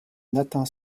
nathan